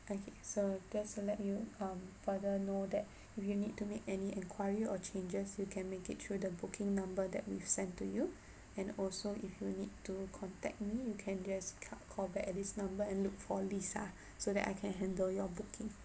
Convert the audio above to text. okay so just to let you um further know that if you need to make any enquiry or changes you can make it through the booking number that we've sent to you and also if you need to contact me you can just come call back at this number and look for lisa so that I can handle your booking